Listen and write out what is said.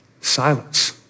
Silence